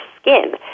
skin